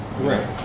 Right